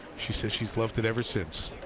she said she's loved it ever since.